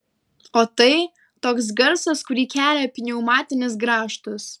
o tai toks garsas kurį kelia pneumatinis grąžtas